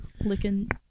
licking